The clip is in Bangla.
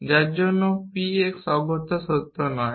যার জন্য p x অগত্যা সত্য নয়